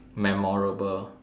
memorable